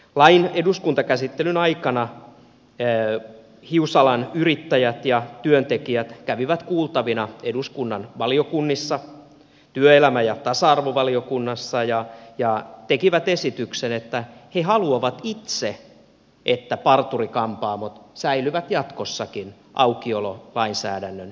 lain eduskuntakäsittelyn aikana hiusalan yrittäjät ja työntekijät kävivät kuultavina eduskunnan työelämä ja tasa arvovaliokunnassa ja tekivät esityksen että he haluavat itse että parturi kampaamot säilyvät jatkossakin aukiololainsäädännön piirissä